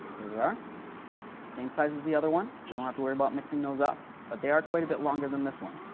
we are same size as the other one. we don't have to worry about mixing those up but they are quite a bit longer than this one.